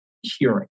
hearing